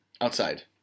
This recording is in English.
outside